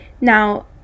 Now